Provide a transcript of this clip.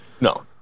No